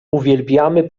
uwielbiamy